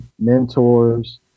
mentors